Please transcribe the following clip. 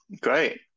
Great